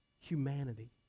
humanity